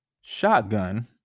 shotgun